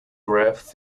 graph